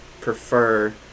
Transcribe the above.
prefer